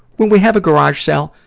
when we have a garage sale,